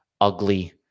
ugly